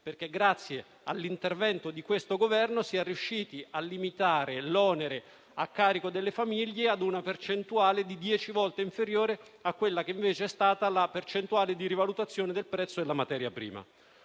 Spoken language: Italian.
perché grazie all'intervento di questo Governo si è riusciti a limitare l'onere a carico delle famiglie a una percentuale dieci volte inferiore a quella che invece è stata la percentuale di rivalutazione del prezzo della materia prima.